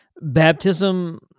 Baptism